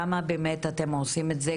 כמה באמת אתם עושים את זה,